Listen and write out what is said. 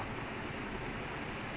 mm